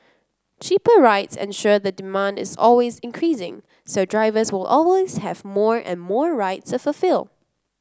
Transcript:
cheaper rides ensure the demand is always increasing so drivers will always have more and more rides to fulfil